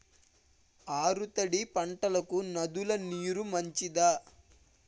ఆరు తడి పంటలకు నదుల నీరు మంచిదా?